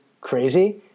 crazy